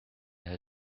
her